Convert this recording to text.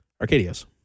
Arcadius